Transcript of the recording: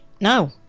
No